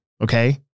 Okay